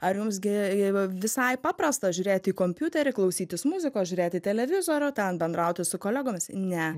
ar jums gi visai paprasta žiūrėti į kompiuterį klausytis muzikos žiūrėti televizorių ten bendrauti su kolegomis ne